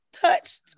Touched